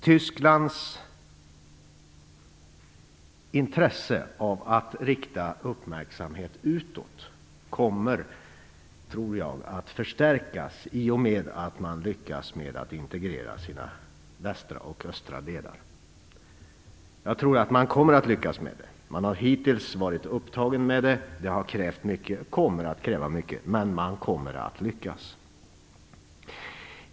Tysklands intresse av att rikta uppmärksamheten utåt tror jag kommer att förstärkas i och med att man lyckas med att integrera sina västra och östra delar. Jag tror att man kommer att lyckas med det. Hittills har man varit upptagen med det. Det har krävt mycket och kommer att kräva mycket, men man kommer att lyckas.